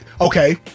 okay